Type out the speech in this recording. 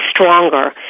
stronger